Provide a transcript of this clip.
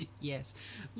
Yes